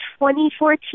2014